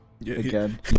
Again